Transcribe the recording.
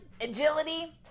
Agility